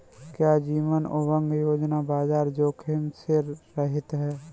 क्या जीवन उमंग योजना बाजार जोखिम से रहित है?